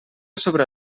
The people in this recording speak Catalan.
sobre